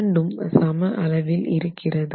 இரண்டும் சம அளவில் இருக்கிறது